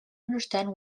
understand